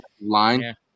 line